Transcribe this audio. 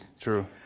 True